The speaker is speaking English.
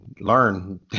learn